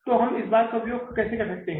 तो हम इसका उपयोग कैसे कर सकते हैं